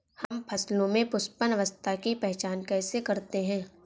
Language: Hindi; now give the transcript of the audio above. हम फसलों में पुष्पन अवस्था की पहचान कैसे करते हैं?